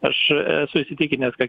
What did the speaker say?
aš esu įsitikinęs kad